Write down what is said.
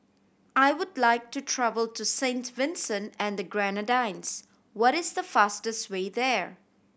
I would like to travel to Saint Vincent and the Grenadines what is the fastest way there